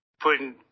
putting